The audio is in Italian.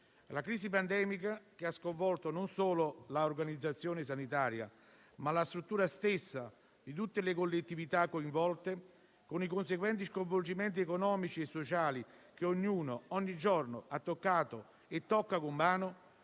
la crisi pandemica che ha sconvolto non solo l'organizzazione sanitaria, ma anche la struttura stessa di tutte le collettività coinvolte, con i conseguenti sconvolgimenti economici e sociali che ognuno ogni giorno ha toccato e tocca con mano,